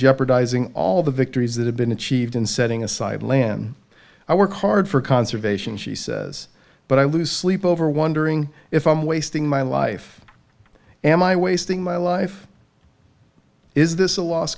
jeopardizing all the victories that have been achieved in setting aside land i work hard for conservation she says but i lose sleep over wondering if i'm wasting my life am i wasting my life is this a lost